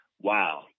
wow